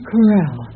Corral